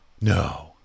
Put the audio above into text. no